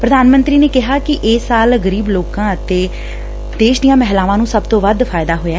ਪ੍ਧਾਨ ਮੰਤਰੀ ਨੇ ਕਿਹਾ ਕਿ ਇਸ ਨਾਲ ਗਰੀਬ ਲੋਕਾਂ ਅਤੇ ਦੇਸ਼ ਦੀਆਂ ਮਹਿਲਾਵਾਂ ਨੂੰ ਸਭ ਤੋਂ ਵੱਧ ਫ਼ਾਇਦਾ ਹੋਇਐ